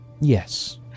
Yes